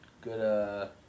good